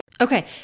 Okay